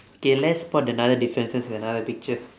okay let's spot another differences with another picture